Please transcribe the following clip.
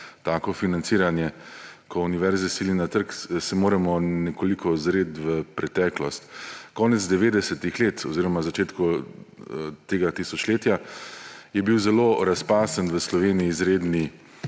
tako financiranje, ki univerze sili na trg, moramo nekoliko ozreti v preteklost. Konec 90. let oziroma na začetku tega tisočletja je bil zelo razpasen v Sloveniji izredni